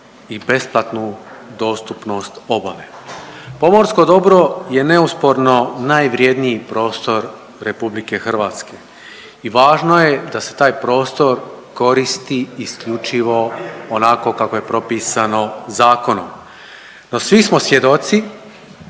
i besplatnu dostupnost obale. Pomorsko dobro je neosporno najvrjedniji prostor RH i važno je da se taj prostor koristi isključivo onako kako je propisao zakonom. No svi smo svjedoci